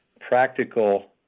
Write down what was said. practical